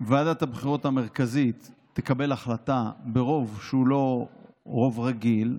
ועדת הבחירות המרכזית תקבל החלטה ברוב שהוא לא רוב רגיל,